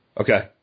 Okay